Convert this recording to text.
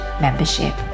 Membership